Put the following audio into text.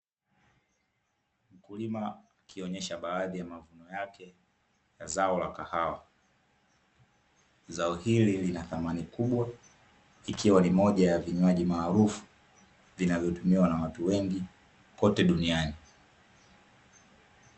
Mkulima akionyesha baadhi ya mavuno yake, ya zao la kahawa. Zao hili lina thamani kubwa, ikiwa ni moja ya vinywaji maarufu, vinavyotumiwa na watu wengi , kote duniani.